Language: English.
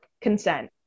consent